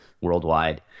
worldwide